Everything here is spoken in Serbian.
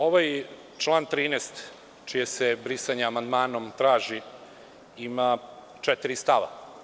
Ovaj član 13. čije se brisanje amandmanom traži ima četiri stava.